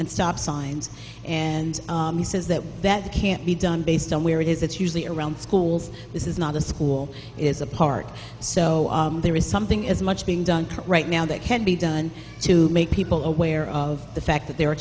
and stop signs and he says that that can't be done based on where it is it's usually around schools this is not a school is a park so there is something is much being done right now that can be done to make people aware of the fact that there are